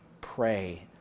pray